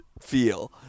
feel